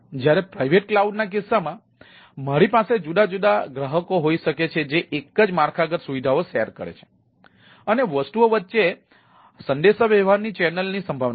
જયારે private cloud ના કિસ્સામાં મારી પાસે જુદા જુદા ગ્રાહકો હોઈ શકે છે જે એક જ માળખાગત સુવિધાઓ શેર કરે છે અને વસ્તુઓ વચ્ચે સંદેશાવ્યવહારની ચેનલની સંભાવના છે